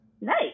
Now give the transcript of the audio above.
nice